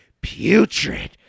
putrid